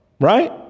right